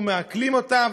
או מעכלים אותם,